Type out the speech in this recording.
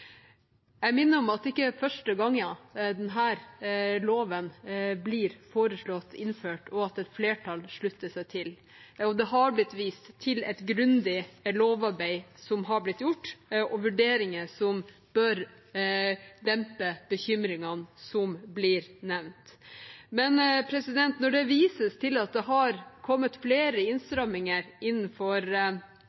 Jeg minner om at det ikke er første gang denne loven blir foreslått innført, som et flertall slutter seg til. Det har blitt vist til et grundig lovarbeid som har blitt gjort, og vurderinger som bør dempe bekymringene som blir nevnt. Men når det vises til at det har kommet flere